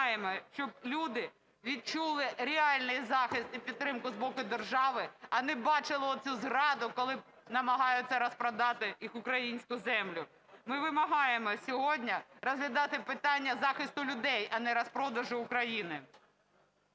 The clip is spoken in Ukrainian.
Ми вимагаємо, щоб люди відчули реальний захист і підтримку з боку держави, а не бачили оцю зраду, коли намагаються розпродати їх українську землю. Ми вимагаємо сьогодні розглядати питання захисту людей, а не розпродажу України.